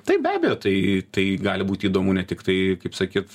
taip be abejo tai tai gali būti įdomu ne tiktai kaip sakyt